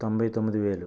తొంభై తొమ్మిది వేలు